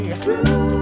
true